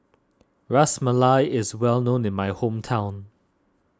Ras Malai is well known in my hometown